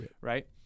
right